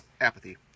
apathy